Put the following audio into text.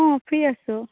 অঁ ফ্ৰী আছোঁ